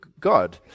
God